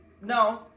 no